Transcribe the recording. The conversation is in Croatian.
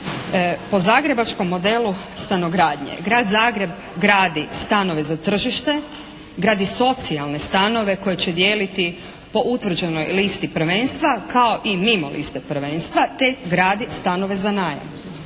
po zagrebačkom modelu stanogradnje Grad Zagreb gradi stanove za tržište, gradi socijalne stanove koje će dijeliti po utvrđenoj listi prvenstva kao i mimo liste prvenstva, te gradi stanove za najam.